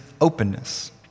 openness